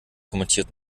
kommentiert